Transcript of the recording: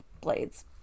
blades